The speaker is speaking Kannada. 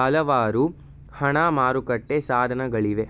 ಹಲವಾರು ಹಣ ಮಾರುಕಟ್ಟೆ ಸಾಧನಗಳಿವೆ